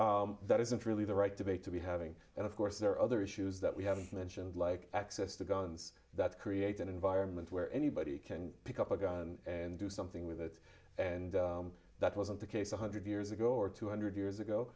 so that isn't really the right debate to be having and of course there are other issues that we haven't mentioned like access to guns that create an environment where anybody can pick up a gun and do something with it and that wasn't the case one hundred years ago or two hundred years ago